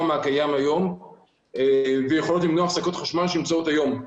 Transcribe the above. מהקיים היום ויכולות למנוע הפסקות חשמל שקיימות כיום.